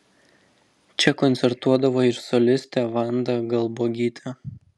čia koncertuodavo ir solistė vanda galbuogytė